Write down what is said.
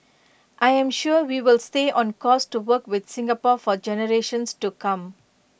I'm sure we will stay on course to work with Singapore for generations to come